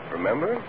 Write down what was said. Remember